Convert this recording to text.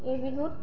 এই বিহুত